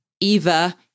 Eva